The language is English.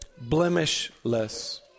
Blemishless